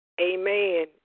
Amen